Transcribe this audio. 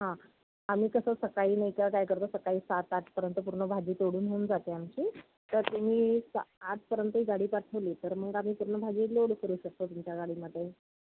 हं आम्ही कसं सकाळी नाही का काय करतो सकाळी सात आठपर्यंत पूर्ण भाजी तोडून होऊन जाते आमची तर तुम्ही आठपर्यंतही गाडी पाठवली तर मग आम्ही पूर्ण भाजी लोड करू शकतो तुमच्या गाडीमध्ये